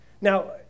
Now